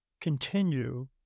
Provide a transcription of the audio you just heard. continue